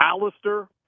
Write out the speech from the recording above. Alistair